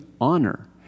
honor